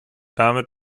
damit